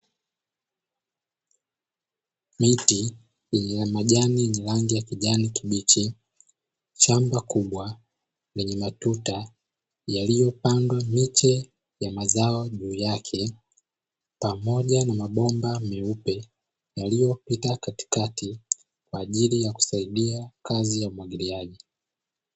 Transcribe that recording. Miti iliyo na majani ya rangi ya kijani kibichi, shamba kubwa lenye matuta yaliyopandwa miche ya mazao juu yake, pamoja na mabomba meupe yaliyopita katikati kwa ajili ya kusaidia kazi ya umwagiliaji.